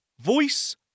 Voice